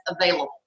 available